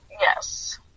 yes